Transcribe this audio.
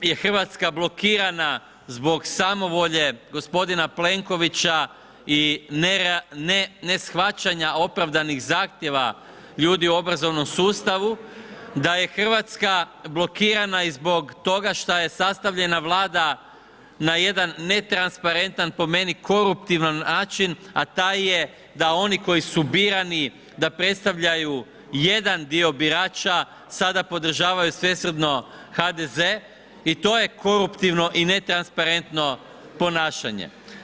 je Hrvatska blokirana zbog samovolje gospodina Plenkovića i neshvaćanja opravdanih zahtjeva ljudi u obrazovnom sustavu, da je Hrvatska blokirana i zbog toga šta je sastavljena Vlada na jedan netransparentan, po meni koruptivan način, a taj je da oni koji su birani da predstavljaju jedan dio birača sada podržavaju svesrdno HDZ i to je koruptivno i netransparentno ponašanje.